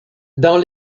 dans